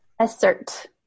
Assert